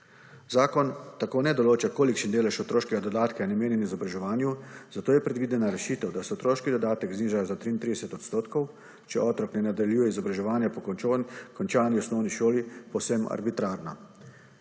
Zakon tako ne določa, kolikšen delež otroškega dodatka je namenjen izobraževanju, zato je predvidena rešitev, da se otroki dodatek zniža za 33 %, če otrok ne nadaljuje izobraževanja po končani osnovni šoli, povsem arbitrarna.